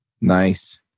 Nice